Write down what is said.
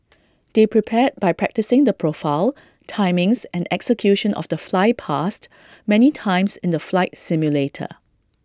they prepared by practising the profile timings and execution of the flypast many times in the flight simulator